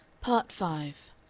part five